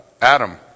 Adam